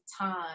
time